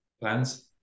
plans